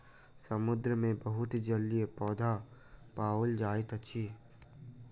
समुद्र मे बहुत जलीय पौधा पाओल जाइत अछि